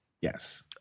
yes